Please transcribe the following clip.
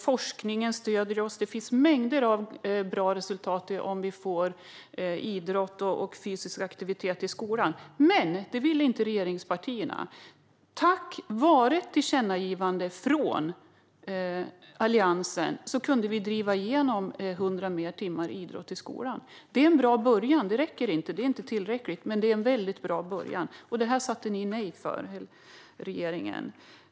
Forskningen stöder oss. Idrott och fysisk aktivitet i skolan leder till mängder av bra resultat. Men regeringspartierna ville inte gå med på det. Tack vare tillkännagivandet från Alliansen kunde vi driva igenom 100 fler timmar idrott i skolan. Det är en bra början. Det räcker inte. Det är inte tillräckligt. Men det är en bra början. Regeringen sa länge nej till det.